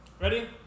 Ready